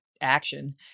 action